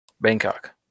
Bangkok